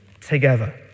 together